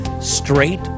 straight